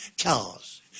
cars